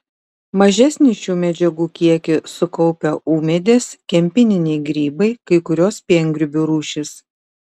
mažesnį šių medžiagų kiekį sukaupia ūmėdės kempininiai grybai kai kurios piengrybių rūšys